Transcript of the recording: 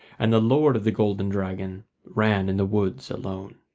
and the lord of the golden dragon ran in the woods alone.